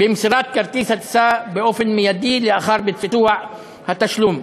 במסירת כרטיס הטיסה באופן מיידי לאחר ביצוע התשלום.